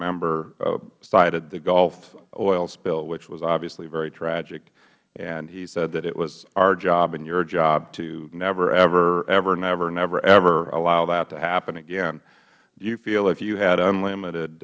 member cited the gulf oil spill which was obviously very tragic and he said that it was our job and your job to never ever ever never never ever allow that to happen again do you feel if you had unlimited